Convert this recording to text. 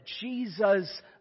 Jesus